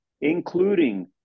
including